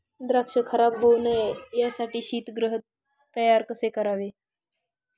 द्राक्ष खराब होऊ नये यासाठी शीतगृह तयार कसे करावे?